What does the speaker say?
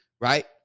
right